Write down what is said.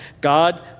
God